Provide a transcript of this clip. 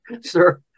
sir